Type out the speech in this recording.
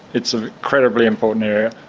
it's an incredibly important area.